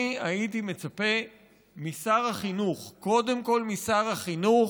אני הייתי מצפה משר החינוך, קודם כול משר החינוך,